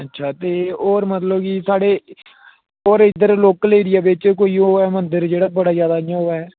अच्छा ते और मतलब कि साढ़े होर इद्धर लोकल एरिये च कोई ओह् होऐ मंदर जेह्ड़ा बड़ा ज्यादा इ'यां होऐ